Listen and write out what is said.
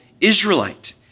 Israelite